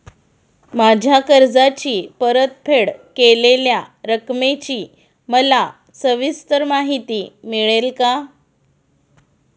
माझ्या कर्जाची परतफेड केलेल्या रकमेची मला सविस्तर माहिती मिळेल का?